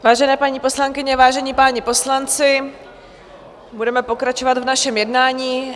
Vážené paní poslankyně, vážení páni poslanci, budeme pokračovat v našem jednání.